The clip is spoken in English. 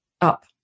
up